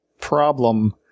problem